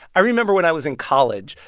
i remember when i was in college,